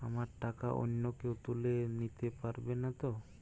আমার টাকা অন্য কেউ তুলে নিতে পারবে নাতো?